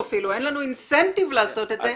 אין תמריץ לעשות את זה,